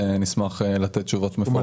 נשמח לתת תשובות מפורטות.